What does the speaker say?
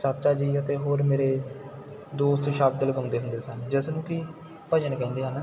ਚਾਚਾ ਜੀ ਅਤੇ ਹੋਰ ਮੇਰੇ ਦੋਸਤ ਸ਼ਬਦ ਲਗਾਉਂਦੇ ਹੁੰਦੇ ਸਨ ਜਿਸ ਨੂੰ ਕਿ ਭਜਨ ਕਹਿੰਦੇ ਹਨ